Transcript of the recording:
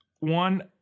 One